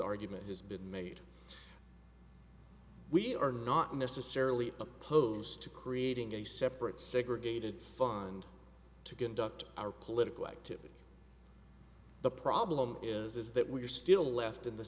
argument has been made we are not necessarily opposed to creating a separate segregated fund to conduct our political activity the problem is is that we are still left in the